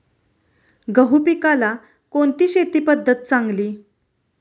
गहू पिकाला कोणती शेती पद्धत चांगली?